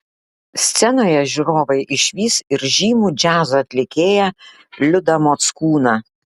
scenoje žiūrovai išvys ir žymų džiazo atlikėją liudą mockūną